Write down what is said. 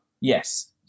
yes